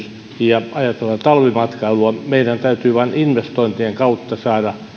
jos ajatellaan talvimatkailua meidän täytyy vain investointien kautta saada